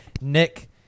Nick